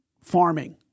farming